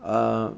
uh